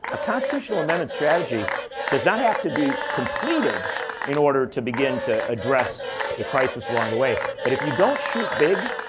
a constitutional amendment strategy does not have to be completed in order to begin to address the crisis along the way. but if you don't shoot big,